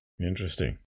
Interesting